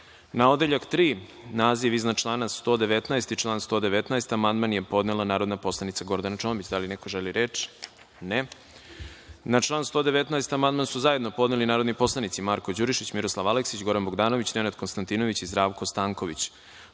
Odeljak 3. naziv iznad člana 119. i član 119. amandman je podnela narodna poslanica Gordana Čomić. Da li neko želi reč? (Ne)Na član 119. amandman su zajedno podneli narodni poslanici Marko Đurišić, Miroslav Aleksić, Goran Bogdanović, Nenad Konstantinović i Zdravko Stanković. Vlada